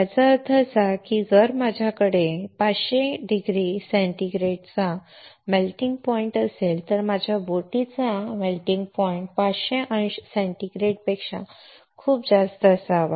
याचा अर्थ असा की जर माझ्याकडे 500 अंश सेंटीग्रेडचा वितळणारा बिंदू असेल तर माझ्या बोटीचा मेल्टिंग पॉइंट 500 अंश सेंटीग्रेडपेक्षा खूप जास्त असावा